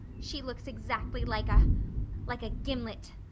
she looks exactly like a like a gimlet.